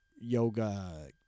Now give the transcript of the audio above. yoga